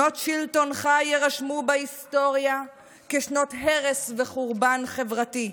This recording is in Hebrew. שנות שלטונך ירשמו בהיסטוריה כשנות הרס וחורבן חברתי.